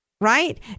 right